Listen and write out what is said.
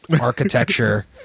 architecture